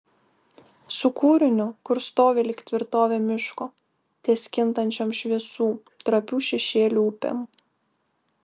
su kūriniu kurs stovi lyg tvirtovė miško ties kintančiom šviesų trapių šešėlių upėm